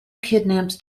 kidnaps